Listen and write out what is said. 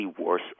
worse